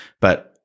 But-